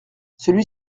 celui